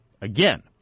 again